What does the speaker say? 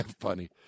funny